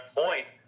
point